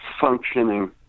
functioning